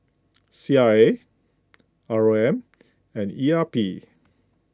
C R A R O M and E R P